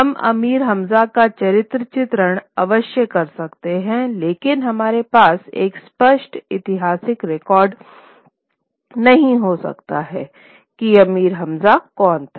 हम आमिर हमजा का चरित्र चित्रण अवश्य कर सकते हैं लेकिन हमारे पास एक स्पष्ट ऐतिहासिक रिकॉर्ड नहीं हो सकता है कि अमीर हमजा कौन था